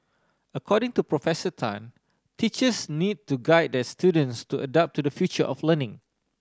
according to Professor Tan teachers need to guide their students to adapt to the future of learning